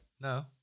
No